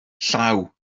llaw